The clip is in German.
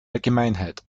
allgemeinheit